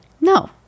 No